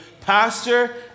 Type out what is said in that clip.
pastor